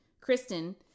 Kristen